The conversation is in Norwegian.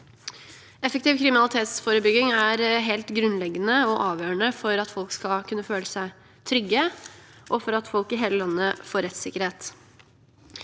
Effektiv kriminalitetsforebygging er helt grunnleggende og avgjørende for at folk skal kunne føle seg trygge, og for at folk i hele landet får rettsikkerhet.